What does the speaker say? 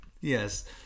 yes